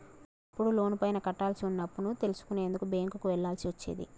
ఒకప్పుడు లోనుపైన కట్టాల్సి వున్న అప్పుని తెలుసుకునేందుకు బ్యేంకుకి వెళ్ళాల్సి వచ్చేది